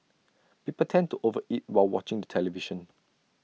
people tend to over eat while watching the television